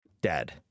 dead